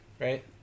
right